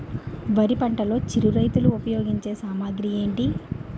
వరి పంటలో చిరు రైతులు ఉపయోగించే సామాగ్రి ఏంటి?